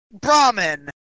brahmin